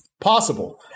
Possible